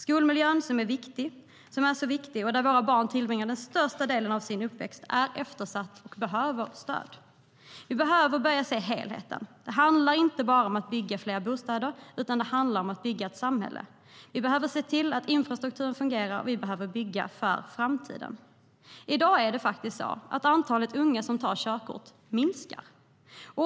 Skolmiljön, som är så viktig och där våra barn tillbringar den största delen av sin uppväxt, är eftersatt och behöver stöd. Vi behöver se helheten. Det handlar inte bara om att bygga fler bostäder, utan det handlar om att bygga ett samhälle. Vi behöver se till att infrastrukturen fungerar, och vi behöver bygga för framtiden. I dag minskar antalet unga som tar körkort.